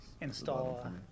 install